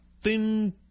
thin